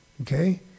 Okay